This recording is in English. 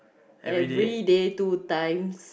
everyday two times